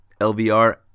LVR